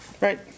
Right